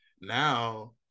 Now